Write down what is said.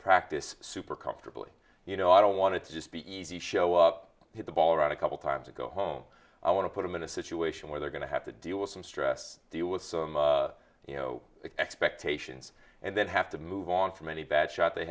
practice super comfortably you know i don't want to just be easy show up hit the ball around a couple times to go home i want to put them in a situation where they're going to have to deal with some stress deal with some you know expectations and then have to move on from any bad shot they